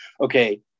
okay